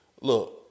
Look